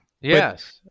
Yes